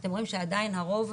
אתם רואים שעדיין הרוב,